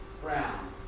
Brown